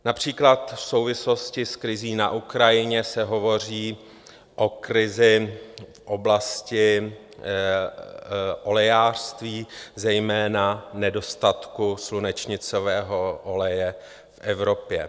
Například v souvislosti s krizí na Ukrajině se hovoří o krizi v oblasti olejářství, zejména nedostatku slunečnicového oleje v Evropě.